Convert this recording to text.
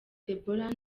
deborah